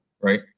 right